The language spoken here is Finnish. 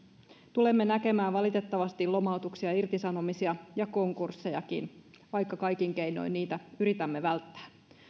tulemme näkemään valitettavasti lomautuksia irtisanomisia ja konkurssejakin vaikka kaikin keinoin niitä yritämme välttää